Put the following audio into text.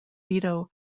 vito